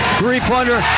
Three-pointer